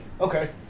Okay